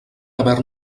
haver